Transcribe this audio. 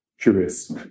curious